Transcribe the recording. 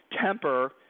temper